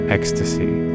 Ecstasy